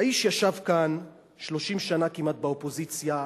האיש ישב כאן 30 שנה כמעט באופוזיציה,